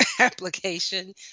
application